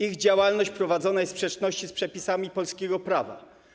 Ich działalność prowadzona jest w sprzeczności z przepisami polskiego prawa”